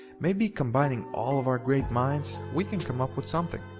maybe combining all of our great minds we can come up with something.